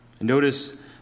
Notice